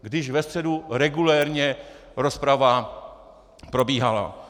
Když ve středu regulérně rozprava probíhala.